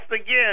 again